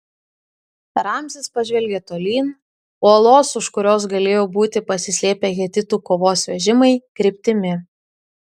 ramzis pažvelgė tolyn uolos už kurios galėjo būti pasislėpę hetitų kovos vežimai kryptimi